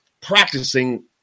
practicing